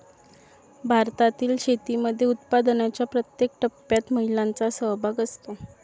भारतातील शेतीमध्ये उत्पादनाच्या प्रत्येक टप्प्यात महिलांचा सहभाग असतो